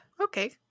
Okay